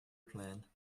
plan